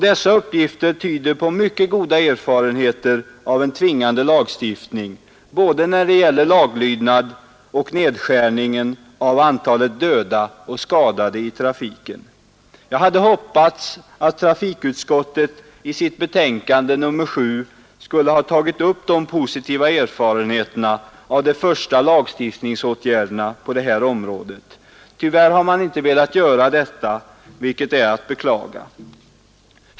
Dessa uppgifter tyder på mycket goda erfarenheter av en tvingande lagstiftning, när det gäller såväl laglydnad som nedskärning av antalet döda och skadade i trafiken. Jag hade hoppats att trafikutskottet i sitt betänkande nr 7 skulle ha tagit upp de positiva erfarenheterna av de första lagstiftningsåtgärderna på det här området. Tyvärr har utskottet inte velat göra detta, vilket är att beklaga.